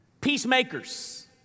Peacemakers